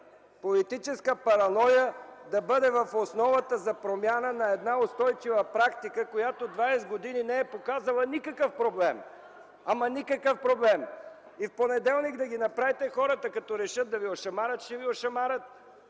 политическа параноя да бъде в основата за промяна на една устойчива практика, която 20 години не е показала никакъв проблем. Никакъв проблем! И понеделник да ги направите, хората като решат да ви ошамарят – ще ви ошамарят.